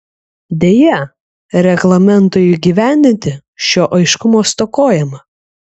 deja reglamentui įgyvendinti šio aiškumo stokojama